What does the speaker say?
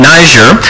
Niger